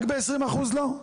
רק ב-20% לא?